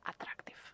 attractive